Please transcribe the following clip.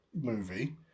movie